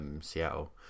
Seattle